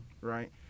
right